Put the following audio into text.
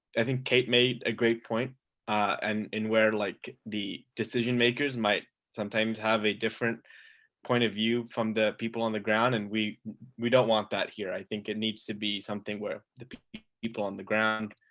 i think kate made a great point and where like the decision makers might sometimes have a different point of view from the people on the ground and we we don't want that here. i think it needs to be something where the people on the ground,